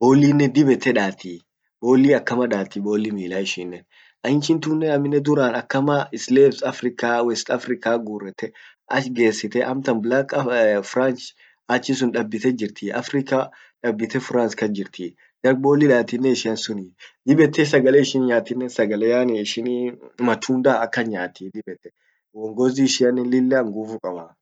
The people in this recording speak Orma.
bollinen dib ete daati, bolli akama daati bolli mila ishinen, na inchin tunnen duran akama slaves Africa, West Africa gurrete ach gessite, amtan black achisun dabbite jirtii. Africa dabbite france kas jirtii, jar bolli datinnen ishianen sunii. dib ete sagale ishin nyaatinen sagale yaani ishin matunda akan nyaati dib ete uongozi ishianne lilla nguvu kabaah.